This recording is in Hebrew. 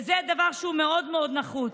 וזה דבר שהוא מאוד מאוד נחוץ.